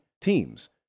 teams